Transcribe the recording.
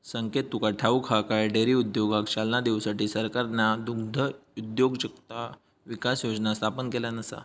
संकेत तुका ठाऊक हा काय, डेअरी उद्योगाक चालना देऊसाठी सरकारना दुग्धउद्योजकता विकास योजना स्थापन केल्यान आसा